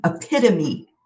epitome